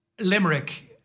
Limerick